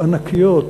ענקיות,